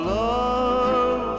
love